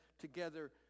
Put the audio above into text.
together